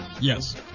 Yes